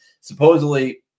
Supposedly